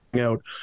out